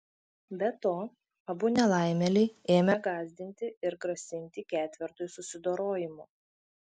be to abu nelaimėliai ėmę gąsdinti ir grasinti ketvertui susidorojimu